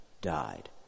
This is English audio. died